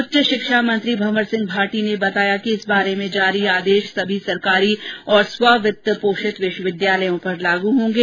उच्च शिक्षा मंत्री भंवर सिंह भाटी ने बताया कि इस बारे में जारी आदेश सभी सरकारी और स्ववित्त पोषत विश्वविद्यालयों पर लागू होंगे